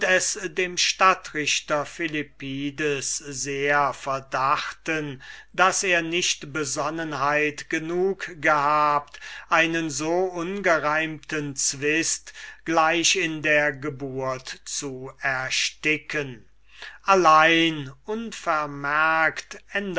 dem stadtrichter philippides sehr verdachten daß er nicht sinn genug gehabt einen so ungereimten zwist gleich in der geburt zu ersticken allein unvermerkt